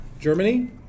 Germany